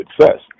success